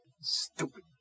Stupid